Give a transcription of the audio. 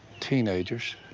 teenagers.